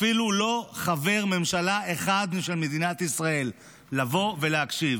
אפילו לא חבר ממשלה אחד של מדינת ישראל בא להקשיב.